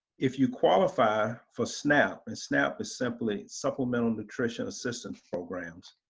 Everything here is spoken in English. if you qualify for snap, and snap is simply, supplemental nutrition assistance programs.